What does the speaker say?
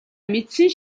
мэдсэн